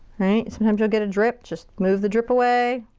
right, sometimes you'll get a drip. just move the drip away.